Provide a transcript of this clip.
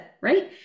right